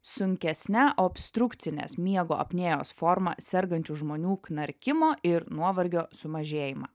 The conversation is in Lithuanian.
sunkesne obstrukcinės miego apnėjos forma sergančių žmonių knarkimo ir nuovargio sumažėjimą